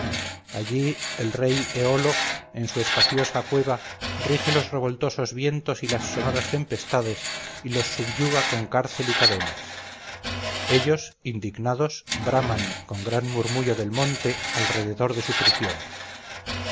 allí el rey éolo en su espaciosa cueva rige los revoltosos vientos y las sonoras tempestades y los subyuga con cárcel y cadenas ellos indignados braman con gran murmullo del monte alrededor de su prisión